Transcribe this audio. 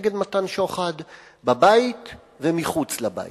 נגד מתן שוחד בבית ומחוץ לבית,